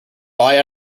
buy